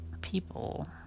people